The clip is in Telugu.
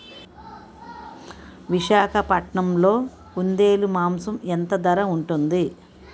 విశాఖపట్నంలో కుందేలు మాంసం ఎంత ధర ఉంటుంది?